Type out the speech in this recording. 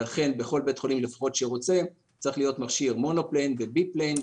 בכל בית חולים שרוצה צריך להיות מכשיר מונופלאן וביפלאן.